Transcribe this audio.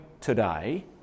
today